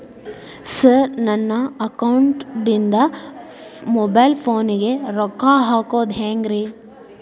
Sir ನನ್ನ ಅಕೌಂಟದಿಂದ mobile ಫೋನಿಗೆ ರೊಕ್ಕ ಹಾಕೋದು ಹೆಂಗ್ರಿ?